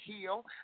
heal